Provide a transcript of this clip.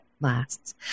lasts